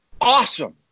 awesome